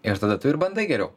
ir tada tu ir bandai geriau